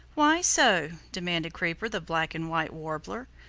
why so? demanded creeper the black and white warbler,